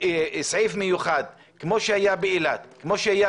סעיף מיוחד, כמו שהיה לגבי אילת וכמו שהיה